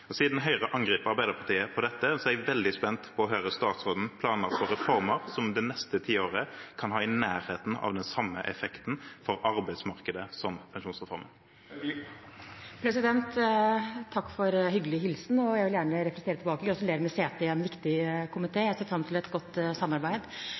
arbeid. Siden Høyre angriper Arbeiderpartiet på dette, er jeg veldig spent på å høre statsrådens planer for reformer som i de neste ti årene kan ha i nærheten av samme effekt for arbeidsmarkedet som pensjonsreformen har. Takk for hyggelig hilsen, og jeg vil gjerne replisere tilbake: Gratulerer med sete i en viktig